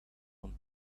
one